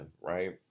right